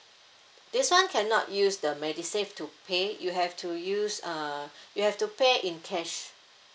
this [one] cannot use the medisave to pay you have to use uh you have to pay in cash